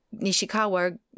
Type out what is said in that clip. Nishikawa